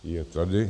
Je tady.